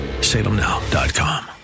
Salemnow.com